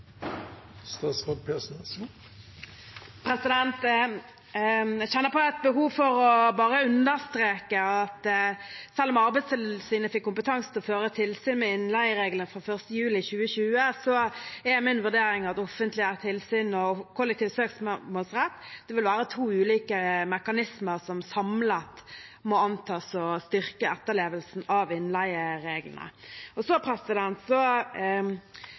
Jeg kjenner på et behov for bare å understreke at selv om Arbeidstilsynet fikk kompetanse til å føre tilsyn med innleiereglene fra 1. juli 2020, er min vurdering at offentlig tilsyn og kollektiv søksmålsrett vil være to ulike mekanismer som samlet må antas å styrke etterlevelsen av innleiereglene.